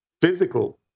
physical